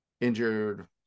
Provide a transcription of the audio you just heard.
injured